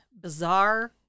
bizarre